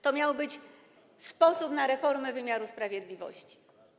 To miał być sposób na reformę wymiaru sprawiedliwości.